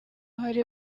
hari